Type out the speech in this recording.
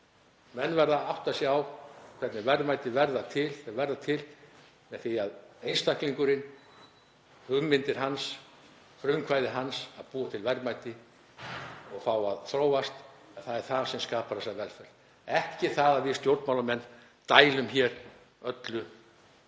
menn verða að átta sig á hvernig verðmæti verða til. Einstaklingurinn, hugmyndir hans, frumkvæði hans til að búa til verðmæti og fá að þróast, það er það sem skapar þessa velferð, ekki það að við stjórnmálamenn dælum hér öllu